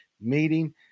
meeting